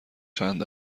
چند